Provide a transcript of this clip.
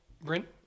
Brent